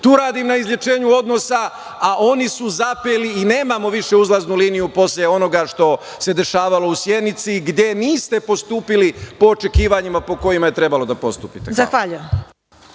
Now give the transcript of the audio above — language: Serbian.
Tu radim na izlečenju odnosa, a oni su zapeli i nemamo više uzlaznu liniju posle onoga što se dešavalo u Sjenici, gde niste postupali po očekivanjima po kojima je trebalo da postupite. Zahvaljujem.